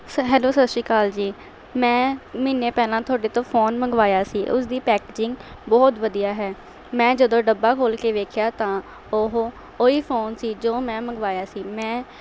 ਸ ਹੈਲੋ ਸਤਿ ਸ਼੍ਰੀ ਅਕਾਲ ਜੀ ਮੈਂ ਮਹੀਨੇ ਪਹਿਲਾਂ ਤੁਹਾਡੇ ਤੋਂ ਫੋਨ ਮੰਗਵਾਇਆ ਸੀ ਉਸਦੀ ਪੈਕਜਿੰਗ ਬਹੁਤ ਵਧੀਆ ਹੈ ਮੈਂ ਜਦੋਂ ਡੱਬਾ ਖੋਲ੍ਹ ਕੇ ਵੇਖਿਆ ਤਾਂ ਉਹ ਉਹੀ ਫੋਨ ਸੀ ਜੋ ਮੈਂ ਮੰਗਵਾਇਆ ਸੀ ਮੈਂ